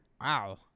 Wow